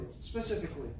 specifically